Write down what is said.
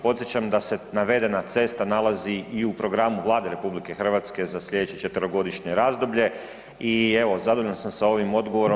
Podsjećam da se navedena cesta nalazi i u programu Vlade RH za slijedeće 4-godišnje razdoblje i evo zadovoljan sam sa ovim odgovorom.